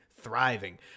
thriving